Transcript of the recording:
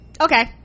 okay